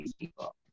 people